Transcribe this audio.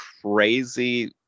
crazy